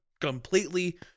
completely